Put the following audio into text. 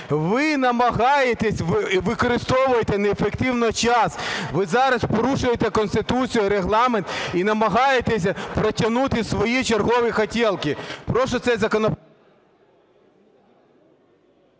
ви намагаєтесь використовувати неефективно час, ви зараз порушуєте Конституцію і Регламент і намагаєтесь протягнути свої чергові "хотелки".